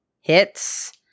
hits